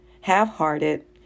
half-hearted